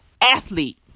athlete